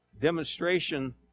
demonstration